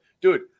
dude